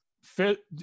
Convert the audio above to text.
fit